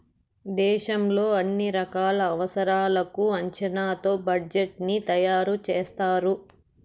దేశంలో అన్ని రకాల అవసరాలకు అంచనాతో బడ్జెట్ ని తయారు చేస్తారు